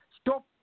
Stop